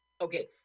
okay